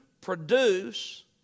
produce